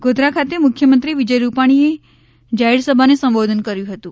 ગોધરા ખાતે મુખ્યમંત્રી વિજય રૂપાણીએ જાહેરસભાને સંબોધન કર્યું હતું